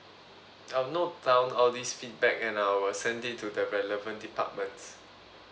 I'll note down all this feedback and I'll send it to the relevant departments